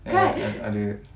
ada